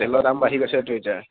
তেলৰ দাম বাঢ়ি গৈছেতো এতিয়া